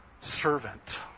servant